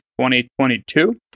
2022